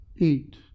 Eat